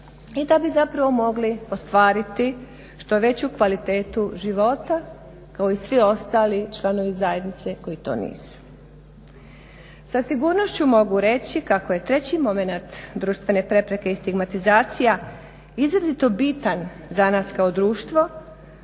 i da bi mogli ostvariti što veću kvalitetu života kao i svi ostali članovi zajednice koji to nisu. Sa sigurnošću mogu reći kako je treći momenat društvene prepreke i stigmatizacija izrazito biran za nas kao društvo